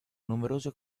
numerose